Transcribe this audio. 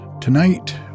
tonight